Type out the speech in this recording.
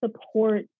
support